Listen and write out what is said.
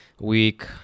week